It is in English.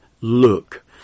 look